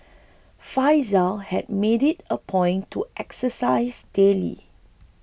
Faizal had made it a point to exercise daily